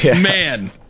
Man